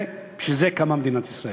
בשביל זה קמה מדינת ישראל.